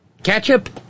ketchup